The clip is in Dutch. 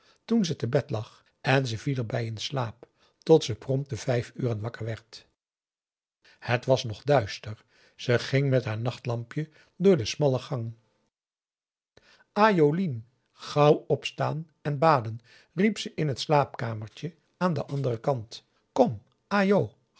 toen ze te bed lag en ze viel er bij in slaap tot ze prompt te vijf uren wakker werd het was nog duister ze ging met haar nachtlampje door de smalle gang a j o lien gauw opstaan en baden riep ze in het slaapkamertje aan den anderen kant kom a j